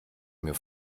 mir